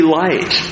light